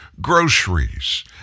groceries